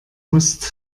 musst